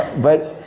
but,